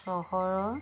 চহৰৰ